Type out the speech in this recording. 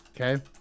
okay